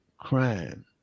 crime